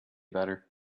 better